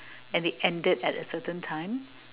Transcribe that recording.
and they ended at a certain time